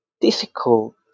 difficult